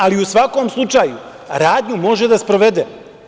Ali, u svakom slučaju, radnju može da sprovede.